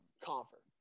Comfort